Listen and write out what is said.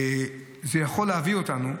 זה יכול להביא אותנו,